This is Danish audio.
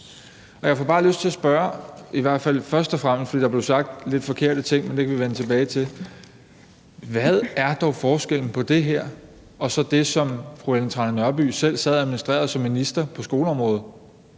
Jeg får bare lyst til at spørge – i hvert fald først og fremmest, for der blev sagt lidt forkerte ting, men det kan vi vende tilbage til: Hvad er dog forskellen på det her og så det, som fru Ellen Trane Nørby selv sad og administrerede som minister på skoleområdet,